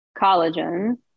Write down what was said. collagen